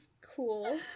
cool